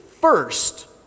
first